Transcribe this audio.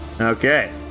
Okay